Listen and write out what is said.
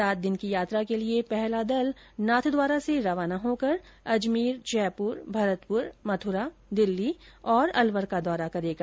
सात दिन की यात्रा के लिये पहला दल नाथद्वारा से रवाना होकर अजमेर जयप्र भरतप्र मथ्रा दिल्ली और अलवर का दौरा करेगा